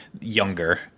younger